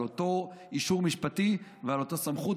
על אותו אישור משפטי ועל אותה סמכות